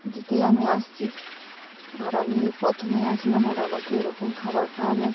যেতেই আমি আসছি আর আমি প্রথমেই আসলাম আর আমাকে এরকম খাবার খাওয়ালেন